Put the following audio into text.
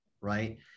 right